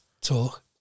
talk